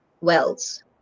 wells